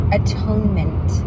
atonement